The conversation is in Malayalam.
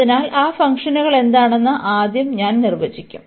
അതിനാൽ ആ ഫംഗ്ഷനുകൾ എന്താണെന്ന് ആദ്യം ഞാൻ നിർവചിക്കും